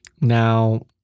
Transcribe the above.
Now